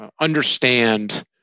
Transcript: understand